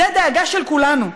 זו דאגה של כולנו.